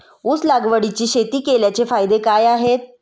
ऊस लागवडीची शेती केल्याचे फायदे काय आहेत?